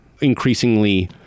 increasingly